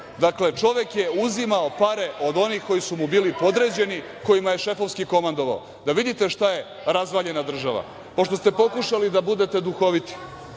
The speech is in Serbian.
Dakle, čovek je uzimao pare od onih koji su mu bili podređeni, kojima je šefovski komandovao. Da vidite šta je razvaljena država. Pošto ste pokušali da budete duhoviti